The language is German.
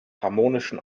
harmonischen